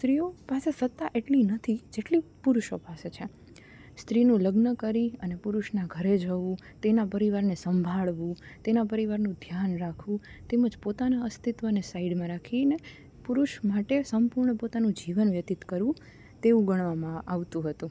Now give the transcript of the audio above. સ્ત્રીઓ પાસે સત્તા એટલી નથી જેટલી પુરુષો પાસે છે સ્ત્રીની લગ્ન કરી અને પુરુષને ઘરે જવું તેના પરિવારને સંભાળવું તેના પરિવારનું ધ્યાન રાખવું તેમજ પોતાના અસ્તિત્વને સાઇડમાં રાખીને પુરુષ માટે સંપૂર્ણ પોતાનું જીવન વ્યતીત કરવું તેવું ગણવામાં આવતું હતું